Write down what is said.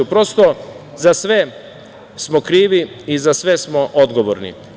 Prosto, za sve smo krivi i za sve smo odgovorni.